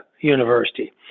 university